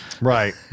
Right